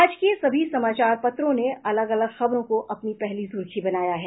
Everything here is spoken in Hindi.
आज के सभी समाचार पत्रों ने अलग अलग खबरों को अपनी पहली सुर्खी बनाया है